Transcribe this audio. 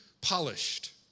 polished